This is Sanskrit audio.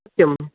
सत्यम्